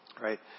right